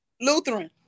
Lutheran